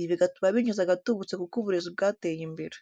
ibi bigatuma binjiza agatubutse kuko uburezi bwateye imbere.